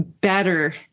Better